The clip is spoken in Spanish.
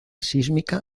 sísmica